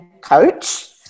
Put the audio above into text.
coach